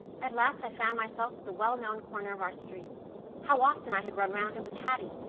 at last i found myself at the well-known corner of our street how often i had run round it with haddie,